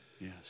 Yes